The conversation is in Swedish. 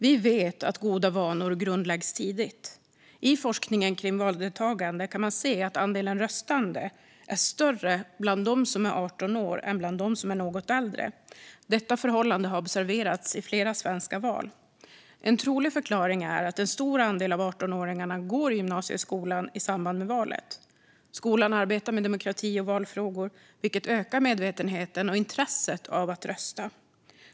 Vi vet att goda vanor grundläggs tidigt. I forskningen kring valdeltagande kan man se att andelen röstande är större bland dem som är 18 år än bland dem som är något äldre. Detta förhållande har observerats i flera svenska val. En trolig förklaring är att en stor andel av 18-åringarna går i gymnasieskolan i samband med valet. Skolan arbetar med demokrati och valfrågor, vilket ökar medvetenheten och intresset för att rösta.